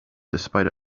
despite